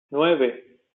nueve